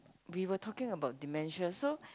we were talking about dementia so